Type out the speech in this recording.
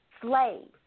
slaves